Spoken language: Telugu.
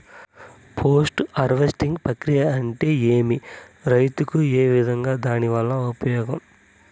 పోస్ట్ హార్వెస్టింగ్ ప్రక్రియ అంటే ఏమి? రైతుకు ఏ విధంగా దాని వల్ల ఉపయోగం?